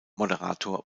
moderator